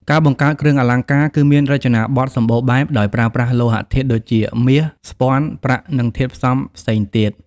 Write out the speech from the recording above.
ការបង្កើតគ្រឿងអលង្ការគឺមានរចនាបទសម្បូរបែប ដោយប្រើប្រាស់លោហៈធាតុដូចជា មាស ស្ពាន់ ប្រាក់ និងធាតុផ្សំផ្សេងទៀត។